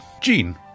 Jean